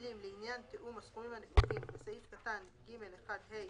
המילים "לעניין תיאום הסכומים הנקובים בסעיף קטן (ג1ה)